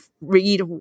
read